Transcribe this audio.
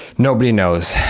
nobody knows.